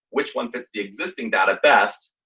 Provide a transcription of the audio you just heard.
which one fits the existing data best.